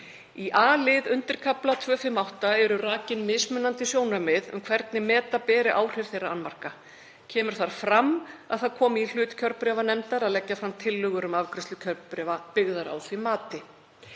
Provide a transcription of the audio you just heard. Í a-lið undirkafla 2.5.8 eru rakin mismunandi sjónarmið um hvernig meta beri áhrif þeirra annmarka. Kemur þar fram að það komi í hlut kjörbréfanefndar að leggja fram tillögur um afgreiðslu kjörbréfa byggðar á því mati.